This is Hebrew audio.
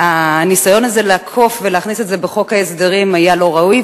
והניסיון הזה לעקוף ולהכניס את זה בחוק ההסדרים היה לא ראוי,